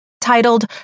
titled